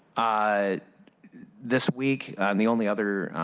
ah this week, the only other